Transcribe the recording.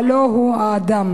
הלוא הוא האדם.